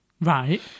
Right